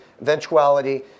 eventuality